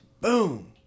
Boom